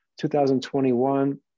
2021